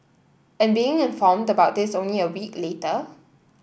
and being informed about this only a week later